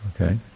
Okay